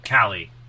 Callie